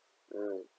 mm